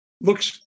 looks